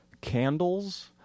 candles